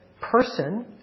person